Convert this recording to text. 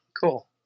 Cool